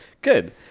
Good